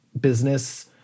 business